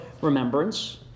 remembrance